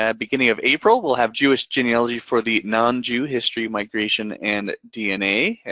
yeah beginning of april, we'll have jewish genealogy for the non-jew history, migration, and dna,